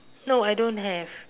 no I don't have